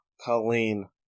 Colleen